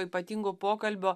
ypatingu pokalbio